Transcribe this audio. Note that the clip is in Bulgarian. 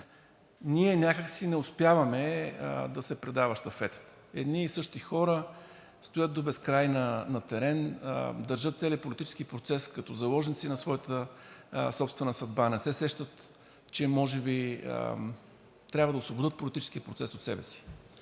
Ние някак си не успяваме да се предава щафетата. Едни и същи хора стоят до безкрай на терен, държат целия политически процес като заложници на своята собствена съдба, не се сещат, че може би трябва да освободят политическия процес от себе си,